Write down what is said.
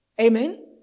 Amen